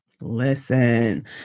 Listen